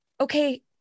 okay